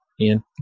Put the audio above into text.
Ian